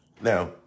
Now